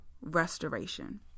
restoration